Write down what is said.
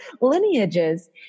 lineages